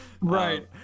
Right